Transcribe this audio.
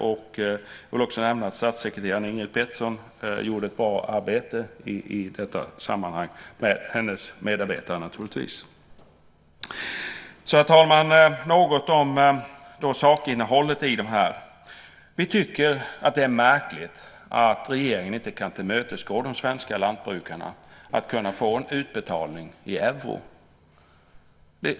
Jag vill också nämna att statssekreterare Ingrid Petersson gjorde ett bra arbete i detta sammanhang, naturligtvis med sina medarbetare. Herr talman! Jag ska också säga något om sakinnehållet i detta. Vi tycker att det är märkligt att regeringen inte kan tillmötesgå de svenska lantbrukarna vad gäller att kunna få en utbetalning i euro.